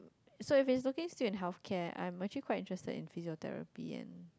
so if he's looking still in healthcare I'm actually quite interested in physiotherapy and